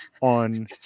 on